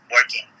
working